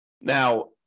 Now